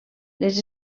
les